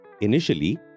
Initially